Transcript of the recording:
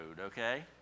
okay